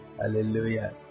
hallelujah